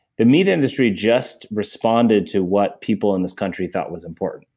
the meat industry just responded to what people in this country thought was important.